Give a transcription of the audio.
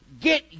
Get